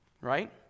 Right